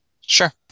Sure